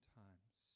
times